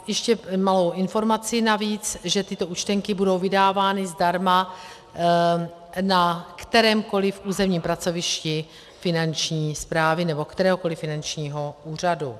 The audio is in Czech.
Ještě malou informaci navíc, že tyto účtenky budou vydávány zdarma na kterémkoli územním pracovišti Finanční správy nebo kteréhokoli finančního úřadu.